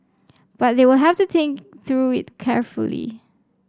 but they will have to think through it carefully